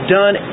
done